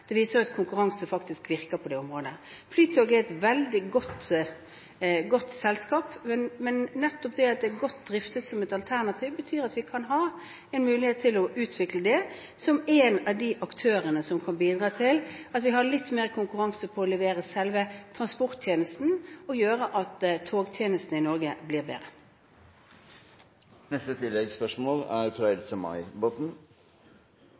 Det viser at konkurranse faktisk virker på dette området. Flytoget er et veldig godt selskap, men nettopp det at det er godt driftet, som et alternativ, betyr at vi har en mulighet til å utvikle det til å bli en av de aktørene som kan bidra til at vi får litt mer konkurranse på å levere selve transporttjenesten, som gjør at togtjenestene i Norge blir